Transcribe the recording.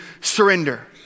surrender